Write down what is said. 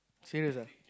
serious ah